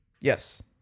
Yes